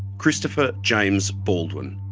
christopher james baldwin.